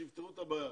שיפתרו את הבעיה,